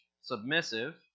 submissive